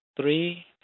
three